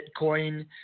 Bitcoin